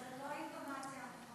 זו לא האינטונציה הנכונה.